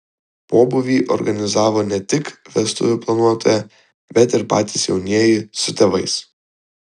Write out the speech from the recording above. pobūvį organizavo ne tik vestuvių planuotoja bet ir patys jaunieji su tėvais